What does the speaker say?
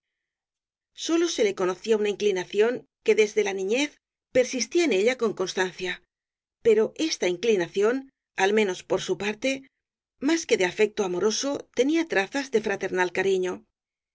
sólo se le conocía una inclinación que desde la niñez persistía en ella con constancia pero esta inclinación al menos por su parte más que de kx afecto amoroso tenía trazas de fraternal cariño